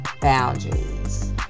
boundaries